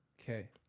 Okay